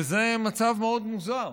וזה מצב מאוד מוזר